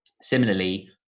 similarly